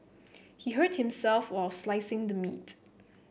he hurt himself while slicing the meat